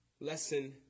Lesson